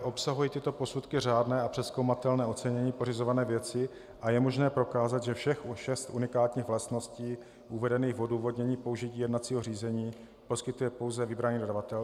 Obsahují tyto posudky řádné a přezkoumatelné ocenění pořizované věci a je možné prokázat, že všech šest unikátních vlastností uvedených v odůvodnění použití jednacího řízení poskytuje pouze vybraný dodavatel?